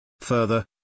Further